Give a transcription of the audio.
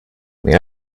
mehr